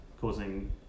causing